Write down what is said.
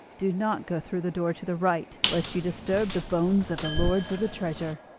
do not go through the door to the right lest you disturb the bones of the lords of the treasure.